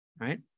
Right